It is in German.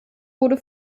wurde